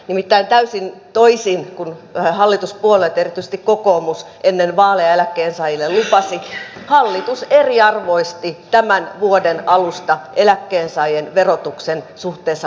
nimittäin täysin toisin kuin hallituspuolueet erityisesti kokoomus ennen vaaleja eläkkeensaajille lupasivat hallitus eriarvoisti tämän vuoden alusta eläkkeensaajien verotuksen suhteessa palkansaajiin